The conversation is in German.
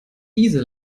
diese